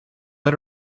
let